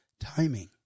timing